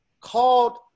called